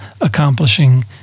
accomplishing